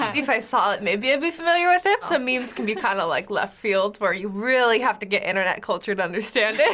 if i saw it, maybe i'd be familiar with it. some memes can be kind of like left field where you really have to get internet culture to understand it.